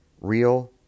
real